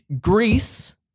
Greece